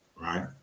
right